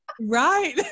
Right